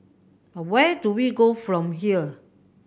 where do we go from here